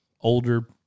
older